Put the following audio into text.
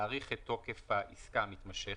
להאריך את תוקף העסקה המתמשכת,